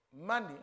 money